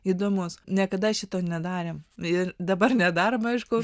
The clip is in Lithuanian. įdomus niekada šito nedarėm ir dabar nedarom aišku